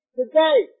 today